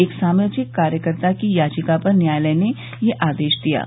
एक सामाजिक कार्यकर्ता की याचिका पर न्यायालय ने ये आदेश दिया है